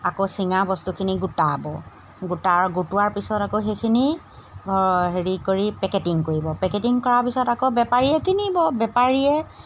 আকৌ চিঙা বস্তুখিনি গোটাব গোটাৰ গোটোৱাৰ পিছত আকৌ সেইখিনি হেৰি কৰি পেকেটিং কৰিব পেকেটিং কৰাৰ পিছত আকৌ বেপাৰীয়ে কিনিব বেপাৰীয়ে